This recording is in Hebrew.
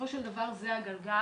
בסופו של דבר זה הגלגל.